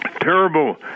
Terrible